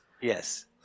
Yes